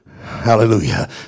Hallelujah